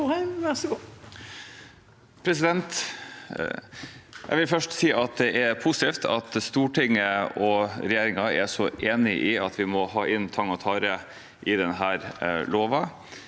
Jeg vil først si det er positivt at Stortinget og regjeringen er så enig i at vi må få inn tang og tare i denne loven.